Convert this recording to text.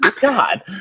God